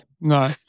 No